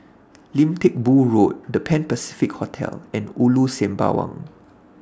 Lim Teck Boo Road The Pan Pacific Hotel and Ulu Sembawang